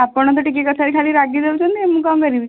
ଆପଣ ତ ଟିକିଏ କଥାରେ ଖାଲି ରାଗି ଯାଉଛନ୍ତି ମୁଁ କଣ କରିବି